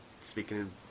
speaking